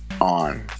on